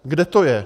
Kde to je?